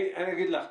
אני אגיד לך.